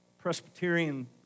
Presbyterian